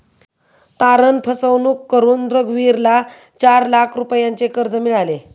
तारण फसवणूक करून रघुवीरला चार लाख रुपयांचे कर्ज मिळाले